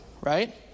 right